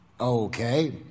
Okay